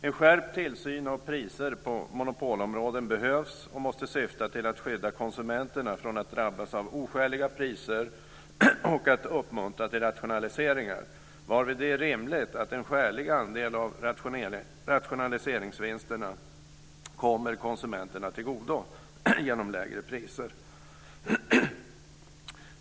En skärpt tillsyn av priser på monopolområden behövs och måste syfta till att skydda konsumenterna från att drabbas av oskäliga priser och till att uppmuntra till rationaliseringar, varvid det är rimligt att en skälig andel av rationaliseringsvinsterna kommer konsumenterna till godo genom lägre priser.